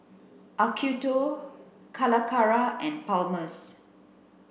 Acuto Calacara and Palmer's